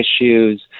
issues